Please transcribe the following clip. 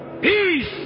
peace